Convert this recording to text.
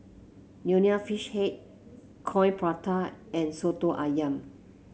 Nonya Fish Head Coin Prata and soto ayam